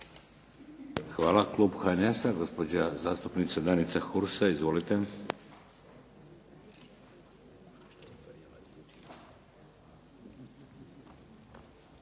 Hvala. Klub HNS-a, gospođa zastupnica Danica Hursa. Izvolite. **Hursa,